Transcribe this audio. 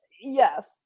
Yes